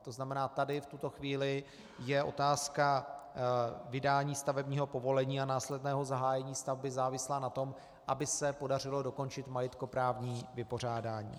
To znamená, tady v tuto chvíli je otázka vydání stavebního povolení a následného zahájení stavby závislá na tom, aby se podařilo dokončit majetkoprávní vypořádání.